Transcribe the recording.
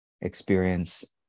experience